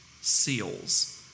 seals